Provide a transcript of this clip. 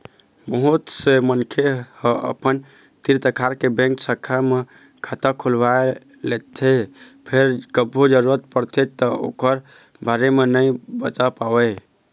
बहुत से मनखे ह अपन तीर तखार के बेंक शाखा म खाता खोलवा लेथे फेर कभू जरूरत परथे त ओखर बारे म नइ बता पावय